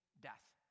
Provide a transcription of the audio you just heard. death